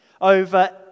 over